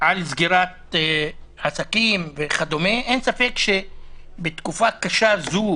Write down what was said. סגירת עסקים וכדומה אין ספק שבתקופה קשה זו: